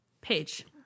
page